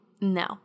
no